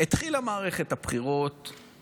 התחילה מערכת הבחירות,